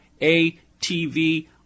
ATV